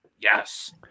Yes